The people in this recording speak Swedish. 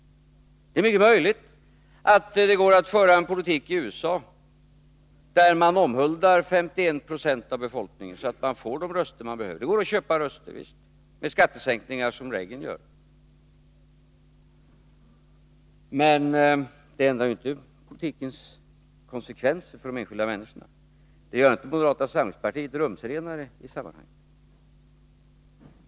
Det är mycket möjligt att det går att föra en politik i USA, där man omhuldar 51 26 av befolkningen så att man får de röster man behöver. Det går att köpa röster med skattesänkningar, vilket Reagan gör. Men det ändrar inte politikens konsekvenser för de enskilda människorna. Det gör inte moderata samlingspartiet rumsrenare i längden.